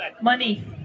Money